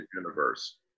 universe